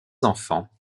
enfants